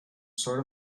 sort